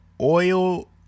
oil